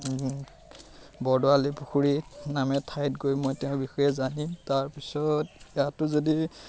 বৰদোৱাৰ আলি পুখুৰী নামে ঠাইত গৈ মই তেওঁৰ বিষয়ে জানিম তাৰপিছত ইয়াতো যদি